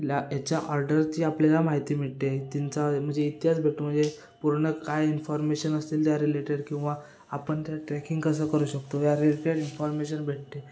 ला याच्या ऑर्डरची आपल्याला माहिती मिळते त्यांचा म्हणजे इतिहास भेटतो म्हणजे पूर्ण काय इन्फॉर्मेशन असतील त्या रिलेटेड किंवा आपण त्या ट्रेकिंग कसं करू शकतो या रिलेटेड इन्फॉर्मेशन भेटते